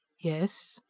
yes.